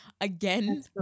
again